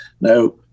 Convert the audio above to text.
Now